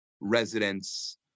residents